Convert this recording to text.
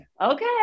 Okay